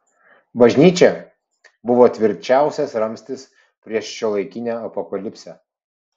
bažnyčia buvo tvirčiausias ramstis prieš šiuolaikinę apokalipsę